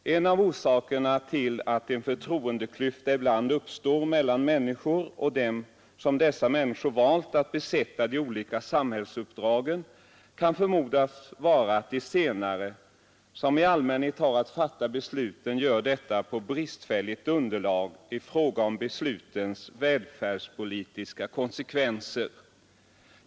En av orsakerna till att en förtroendeklyfta ibland uppstår mellan människor och dem som av dessa valts att besätta de olika samhällsuppdragen kan förmodas vara att de senare, som i allmänhet har att fatta besluten, gör detta på bristfälligt underlag i fråga om beslutens välfärdspolitiska konsekvenser.